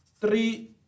three